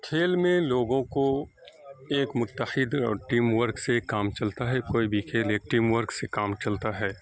کھیل میں لوگوں کو ایک متحد اور ٹیم ورک سے کام چلتا ہے کوئی بھی کھیل ایک ٹیم ورک سے کام چلتا ہے